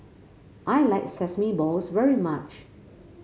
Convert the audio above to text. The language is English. I like Sesame Balls very much